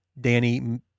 Danny